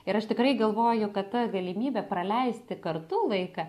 ir aš tikrai galvoju kad ta galimybė praleisti kartu laiką